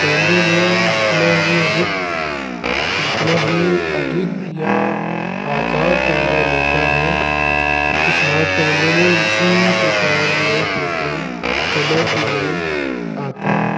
कैमरे में जितना ही अधिक जितना ही अधिक या आकार कैमरा लेता है इस्मार्ट कैमरे में उसी प्रकार जो है फ़ोटो कलर डिजाइन आता है